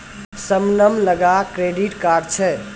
शबनम लगां credit card छै